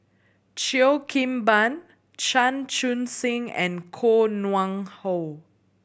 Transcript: Cheo Kim Ban Chan Chun Sing and Koh Nguang How